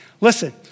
Listen